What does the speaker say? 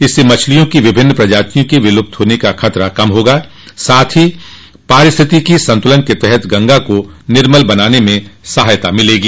इससे मछलियों की विभिन्न प्रजातियों के विलुप्त होने का खतरा कम होगा साथ ही पारिस्थितिकी संतुलन के तहत गंगा को निर्मल बनाने में सहायता मिलेगी